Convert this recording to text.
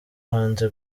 hanze